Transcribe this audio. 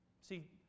See